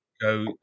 go